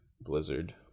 Blizzard